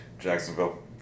Jacksonville